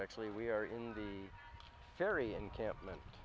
actually we are in the very encampment